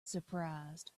surprised